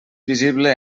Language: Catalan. visible